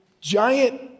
giant